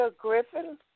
Griffin